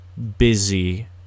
busy